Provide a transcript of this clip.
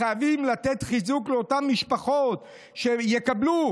חייבים לתת חיזוק לאותן משפחות, שהן יקבלו